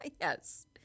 Yes